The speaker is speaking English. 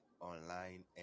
online